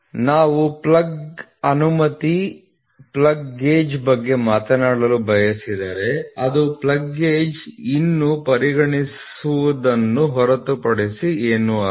ನಾವು ಪ್ಲಗ್ ಅನುಮತಿ plug gauge ಬಗ್ಗೆ ಮಾತನಾಡಲು ಬಯಸಿದರೆ ಅದು ಪ್ಲಗ್ ಗೇಜ್ ಅನ್ನು ಪರಿಗಣಿಸುವುದನ್ನು ಹೊರತುಪಡಿಸಿ ಏನೂ ಅಲ್ಲ